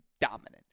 dominant